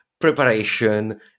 Preparation